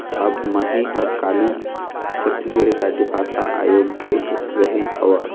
अब मही ह काली छत्तीसगढ़ राजभाषा आयोग गे रेहे हँव